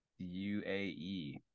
UAE